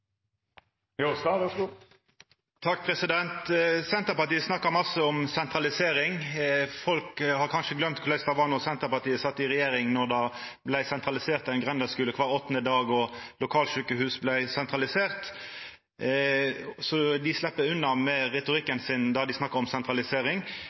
Senterpartiet snakkar masse om sentralisering. Folk har kanskje gløymt korleis det var då Senterpartiet satt i regjering, då det vart sentralisert ein grendeskule kvar åttande dag og lokalsjukehus vart sentraliserte. Så dei slepp unna med